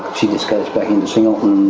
she just goes back into singleton